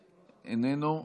איננו,